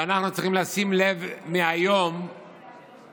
ואנחנו צריכים לשים לב מהיום לתנודות